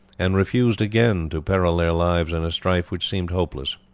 and refused again to peril their lives in a strife which seemed hopeless.